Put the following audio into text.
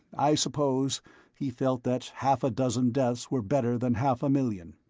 i suppose he felt that half a dozen deaths were better than half a million.